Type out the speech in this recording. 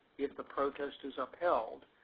if the protest is upheld,